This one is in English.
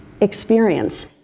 experience